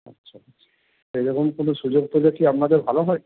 আচ্ছা আচ্ছা সেরকম কোনো সুযোগ পেলে কি আপনাদের ভালো হয়